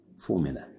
formula